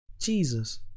Jesus